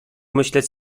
myśleć